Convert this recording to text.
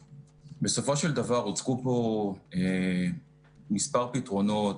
בסופו של דבר הוצגו פה מספר פתרונות,